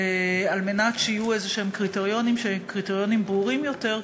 כדי שיהיו קריטריונים ברורים יותר,